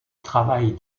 travaille